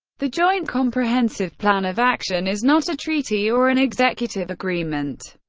the joint comprehensive plan of action is not a treaty or an executive agreement,